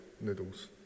noodles